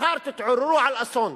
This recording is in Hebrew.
מחר תתעוררו על אסון.